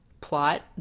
plot